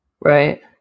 Right